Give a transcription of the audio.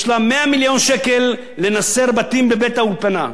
יש לה 100 מיליון שקל לנסר בתים בגבעת-האולפנה.